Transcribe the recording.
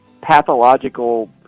pathological